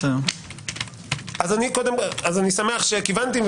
אני שמח שכיוונתי,